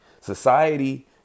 Society